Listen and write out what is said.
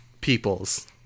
peoples